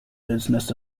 business